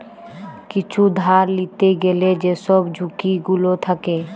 কিছু ধার লিতে গ্যালে যেসব ঝুঁকি গুলো থাকে